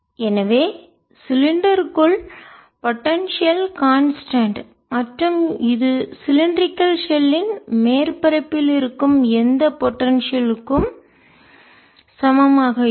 எனவே சிலிண்டருக்குள் potential constant நிலையானது மற்றும் இது சிலிண்டரிகள் ஷெல்லின் உருளை கலத்தின் மேற்பரப்பில் இருக்கும் எந்த பொடென்சியல் க்கும் சமமாக இருக்கும்